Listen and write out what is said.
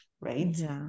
right